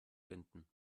finden